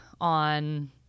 on